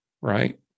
right